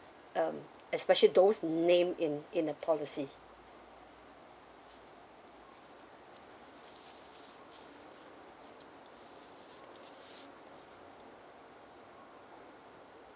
um especially those name in in the policy